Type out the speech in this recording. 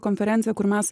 konferencija kur mes